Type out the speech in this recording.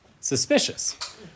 suspicious